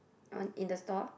on in the store